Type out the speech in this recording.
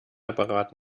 apparat